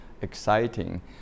exciting